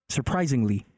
Surprisingly